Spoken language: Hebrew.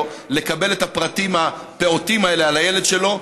לקבל את הפרטים הפעוטים האלה על הילד שלו,